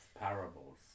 parables